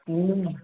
हम्म